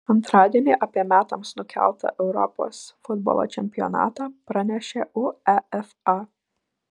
antradienį apie metams nukeltą europos futbolo čempionatą pranešė uefa